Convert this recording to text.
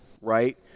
right